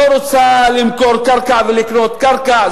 לא רוצה למכור ולקנות קרקע,